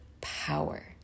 power